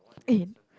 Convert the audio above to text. and